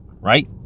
right